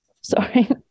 Sorry